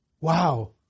wow